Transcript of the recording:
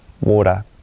water